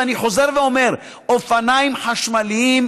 ואני חוזר ואומר: אופניים חשמליים,